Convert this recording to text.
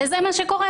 וזה מה שקורה.